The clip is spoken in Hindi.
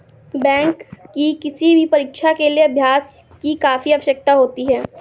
बैंक की किसी भी परीक्षा के लिए अभ्यास की काफी आवश्यकता होती है